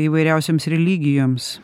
įvairiausioms religijoms